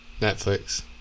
Netflix